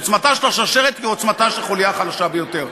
עוצמתה של השרשרת היא כעוצמתה של החוליה החלשה ביותר.